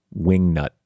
wingnut